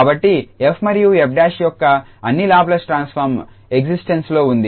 కాబట్టి 𝑓 మరియు 𝑓′ యొక్క అన్ని లాప్లేస్ ట్రాన్స్ఫార్మ్ ఎక్సిస్టేన్సు లో ఉంది